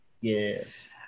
Yes